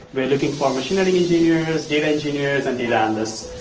we're looking for machine learning engineers, data engineers and data analyst,